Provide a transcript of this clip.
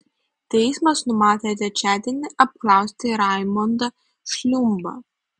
teismas numatė trečiadienį apklausti raimondą šliumbą